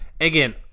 Again